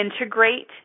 integrate